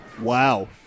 Wow